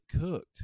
cooked